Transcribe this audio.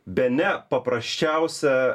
bene paprasčiausia